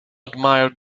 admired